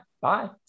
bye